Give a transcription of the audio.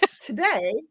today